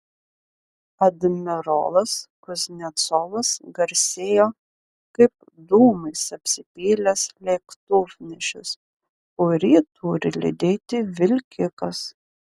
admirolas kuznecovas garsėjo kaip dūmais apsipylęs lėktuvnešis kurį turi lydėti vilkikas